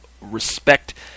respect